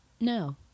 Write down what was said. No